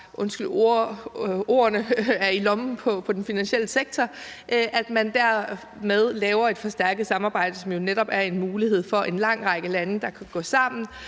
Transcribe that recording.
udtrykket, er i lommen på den finansielle sektor – så laver et forstærket samarbejde, som jo netop er en mulighed for en lang række lande, der kan gå sammen